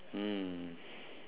mm